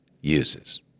uses